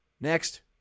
Next